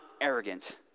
arrogant